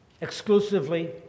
exclusively